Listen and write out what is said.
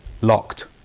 locked